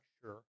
sure